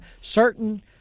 certain